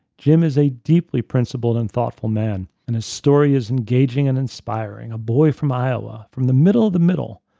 jim is a deeply principled and thoughtful man. and his story is engaging and inspiring a boy from iowa, from the middle of the middle,